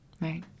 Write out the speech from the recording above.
right